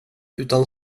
utan